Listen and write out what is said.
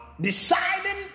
deciding